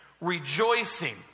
Rejoicing